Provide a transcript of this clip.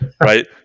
right